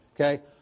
Okay